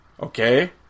Okay